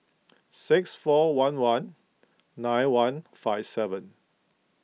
six four one one nine one five seven